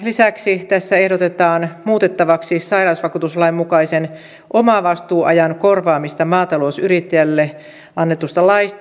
lisäksi tässä ehdotetaan muutettavaksi sairausvakuutuslain mukaisen omavastuuajan korvaamista maatalousyrittäjälle annetusta laista